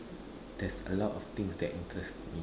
there's a lot of things that interest me